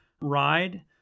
ride